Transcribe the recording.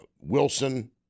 Wilson